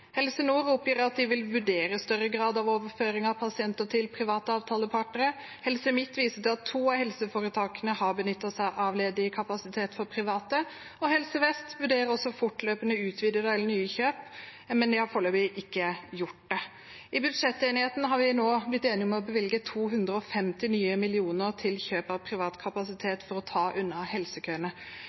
Helse Nord oppgir at de vil vurdere større grad av overføring av pasienter til private avtalepartnere. Helse Midt viser til at to av helseforetakene har benyttet seg av ledig kapasitet hos private, og Helse Vest vurderer også fortløpende å utvide for nye kjøp, men de har foreløpig ikke gjort det. I budsjettenigheten har vi nå blitt enige om å bevilge nye 250 mill. kr til kjøp av privat kapasitet for å ta unna helsekøene.